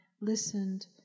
listened